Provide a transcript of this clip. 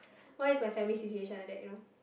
why is my family situation like that you know